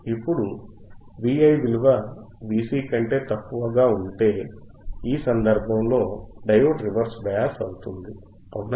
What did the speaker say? ఇప్పుడు Vi విలువ Vc కంటే తక్కువగా ఉంటే ఈ సందర్భంలో డయోడ్ రివర్స్ బయాస్ అవుతుంది అవునా